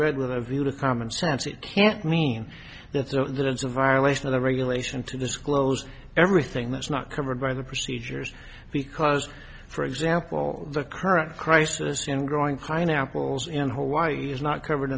read with a view to common sense it can't mean that there's a violation of the regulation to disclose everything that's not covered by the procedures because for example the current crisis and growing kind arpels in hawaii is not covered